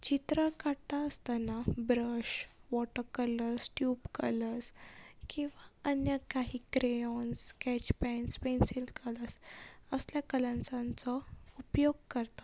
चित्रां काडटा आसतना brush water colours tube colours किंवां अन्य काही crayons sketch pens pencil colours असले कलर्ससांचो उपयेग करता